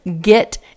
get